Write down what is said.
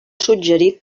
suggerit